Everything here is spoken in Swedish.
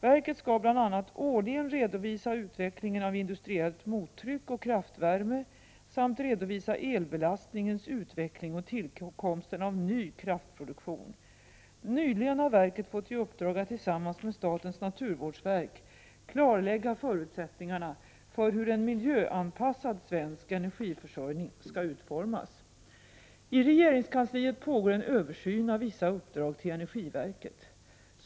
Verket skall bl.a. årligen redovisa utvecklingen av industriellt mottryck och kraftvärme samt redovisa elbelastningens utveckling och tillkomsten av ny kraftproduktion. Nyligen har verket fått i uppdrag att tillsammans med statens naturvårdsverk klarlägga förutsättningarna för hur en miljöanpassad svensk energiförsörjning skall utformas. I regeringskansliet pågår en översyn av vissa uppdrag till energiverket.